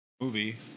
movie